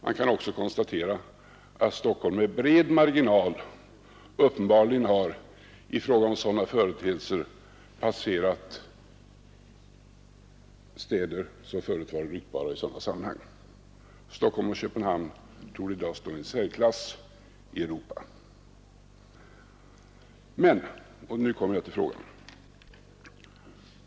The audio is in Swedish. Man kan också konstatera att Stockholm med bred marginal uppenbarligen har i fråga om sådana företeelser passerat städer som förut varit ryktbara i dessa sammanhang. Stockholm och Köpenhamn torde i dag stå i särklass i Europa. Och nu kommer jag till frågan.